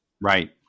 Right